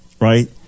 right